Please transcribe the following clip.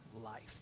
life